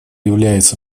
является